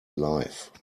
life